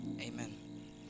Amen